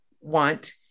want